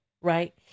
right